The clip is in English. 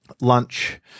lunch